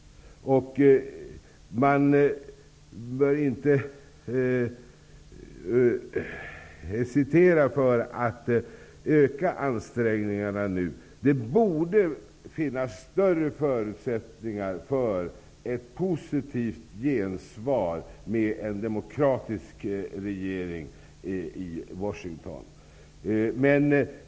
Man bör inte hesitera för att öka ansträngningarna nu. Det borde finnas större förutsättningar för ett positivt gensvar med en demokratisk regering i Washington.